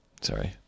sorry